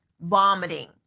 vomiting